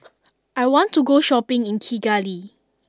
I want to go shopping in Kigali